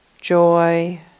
joy